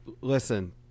Listen